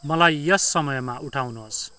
मलाई यस समयमा उठाउनुहोस्